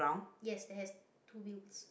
yes that has two wheels